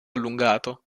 allungato